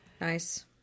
Nice